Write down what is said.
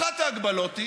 אחת ההגבלות היא